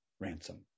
ransom